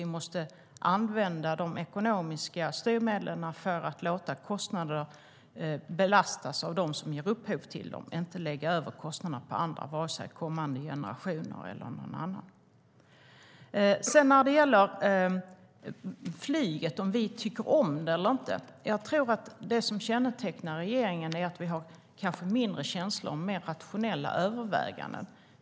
Vi måste använda de ekonomiska styrmedlen för att låta kostnader belastas av dem som ger upphov till dem, inte lägga över kostnaderna på andra - vare sig kommande generationer eller andra. Sedan var det frågan om vi tycker om flyget eller inte. Det som kännetecknar regeringen är att vi använder mindre känslor och mer rationella överväganden.